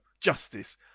justice